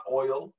oil